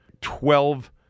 Twelve